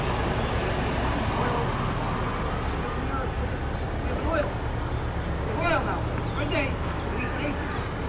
boca sham they find the oil and we have a miracle that we have an oil we boil now for a day, but we need trade these